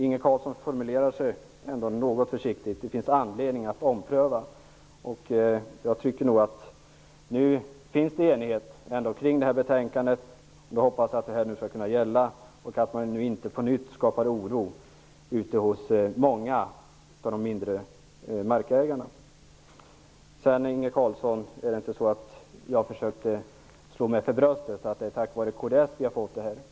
Inge Carlsson formulerar sig något försiktigt: Det kan finnas anledning att ompröva. Det finns en enighet kring betänkandet. Jag hoppas att det här skall gälla så att man inte på nytt skapar oro hos många av de mindre markägarna. Det är inte så, att jag försökte att slå mig för bröstet och säga att det var tack vare kds som det har blivit så här.